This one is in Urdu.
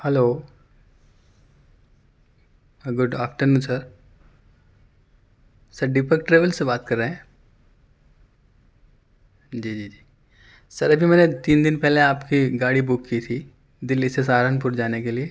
hello good afternoon sir sir Deepak travel سے بات کر رہے ہیں جی جی جی سر ابھی میں نے تین دن پہلے آپ کی گاڑی بک کی تھی دلی سے سہارنپور جانے کے لیے